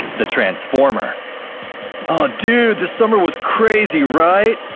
the transformer oh, dude, this summer was crazy, right?